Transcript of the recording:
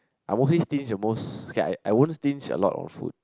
I always stingy almost okay I I won't stingy a lot of food